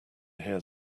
here